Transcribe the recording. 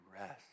rest